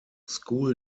school